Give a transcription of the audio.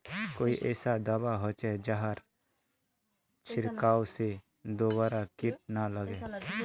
कोई ऐसा दवा होचे जहार छीरकाओ से दोबारा किट ना लगे?